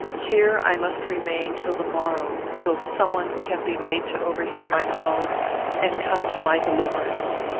here i must remain till the morrow till some one can be made to overhear my calls and come to my deliverance.